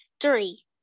three